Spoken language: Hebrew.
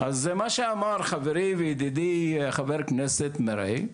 אז מה שאמר חברי וידידי חבר הכנסת מרעי,